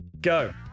go